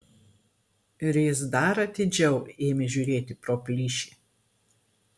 ir jis dar atidžiau ėmė žiūrėti pro plyšį